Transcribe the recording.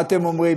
מה אתם אומרים?